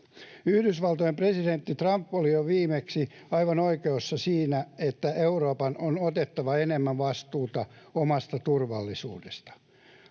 Yhdysvaltojen presidentti Trump oli jo viimeksi aivan oikeassa siinä, että Euroopan on otettava enemmän vastuuta omasta turvallisuudestaan.